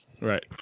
Right